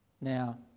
Now